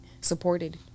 supported